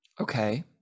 okay